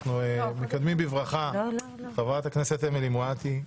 אנחנו מקדמים בברכה את חברת הכנסת אמילי מואטי,